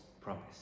promise